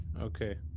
okay